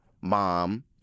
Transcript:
mom